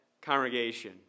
congregation